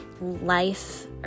life